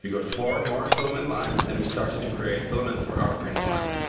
got four more filament lines and we started to create filament for our print farm.